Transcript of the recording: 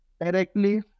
directly